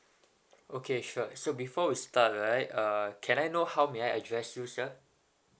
okay sure so before we start right can I know how may I address you sir